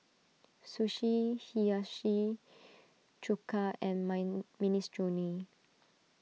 Sushi Hiyashi Chuka and mine Minestrone